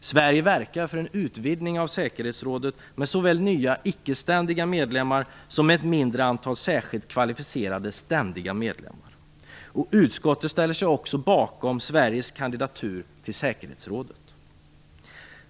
Sverige verkar för en utvidgning av säkerhetsrådet med såväl nya icke ständiga medlemmar som ett mindre antal särskilt kvalificerade ständiga medlemmar. Utskottet ställer sig också bakom